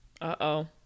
Uh-oh